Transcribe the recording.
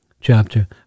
chapter